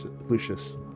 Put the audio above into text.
Lucius